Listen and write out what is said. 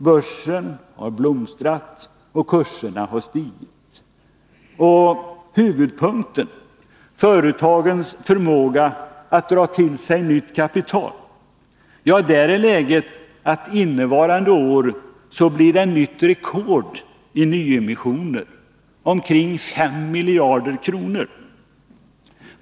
Börsen har blomstrat och kurserna har stigit. När det gäller huvudpunkten, företagens förmåga att dra till sig nytt kapital, är läget att det innevarande år blir nytt rekord för nyemissioner: omkring 5 miljarder kronor.